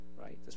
right